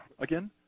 Again